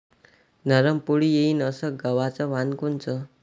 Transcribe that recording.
नरम पोळी येईन अस गवाचं वान कोनचं?